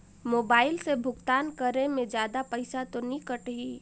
Mobile से भुगतान करे मे जादा पईसा तो नि कटही?